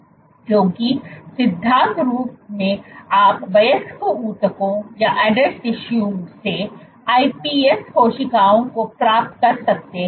क्योंकि सिद्धांत रूप में आप वयस्क ऊतकों से iPS कोशिकाओं को प्राप्त कर सकते हैं